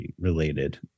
related